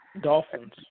Dolphins